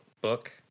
book